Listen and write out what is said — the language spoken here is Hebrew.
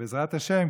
ובעזרת השם,